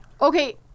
Okay